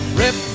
rip